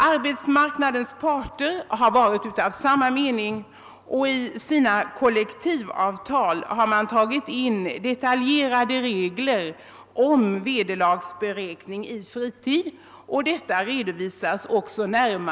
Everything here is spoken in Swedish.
Arbetsmarknadens parter har haft samma mening och har i sina kollektivavtal tagit in detaljerade regler om vederlagsberäkning av fritid, vilket också närmare redovisas av utskottet.